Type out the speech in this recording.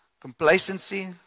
complacency